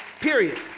Period